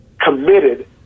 committed